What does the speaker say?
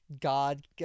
god